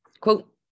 quote